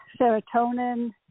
serotonin